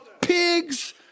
pigs